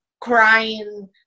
crying